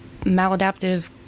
maladaptive